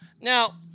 Now